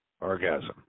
orgasm